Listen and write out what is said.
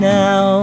now